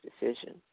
decision